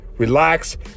Relax